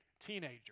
teenager